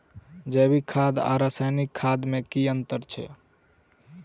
जैविक खेती आ रासायनिक खेती मे केँ अंतर छै?